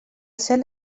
cel